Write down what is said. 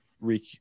re